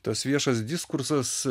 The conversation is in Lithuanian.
tas viešas diskursas